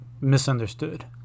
Misunderstood